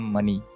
Money